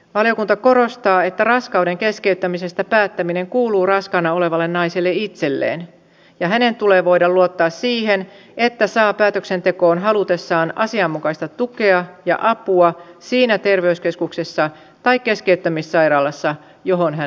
valiokunta korostaa että raskauden keskeyttämisestä päättäminen kuuluu raskaana olevalle naiselle itselleen ja hänen tulee voida luottaa siihen että saa päätöksentekoon halutessaan asianmukaista tukea ja apua siinä terveyskeskuksessa tai keskeyttämissairaalassa johon hän hakeutuu